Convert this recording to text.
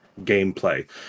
gameplay